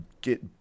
get